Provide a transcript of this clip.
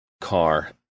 car